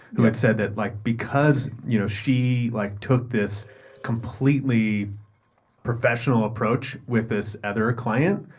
who had said that, like, because you know she, like, took this completely professional approach with this other client